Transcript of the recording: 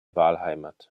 wahlheimat